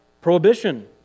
prohibition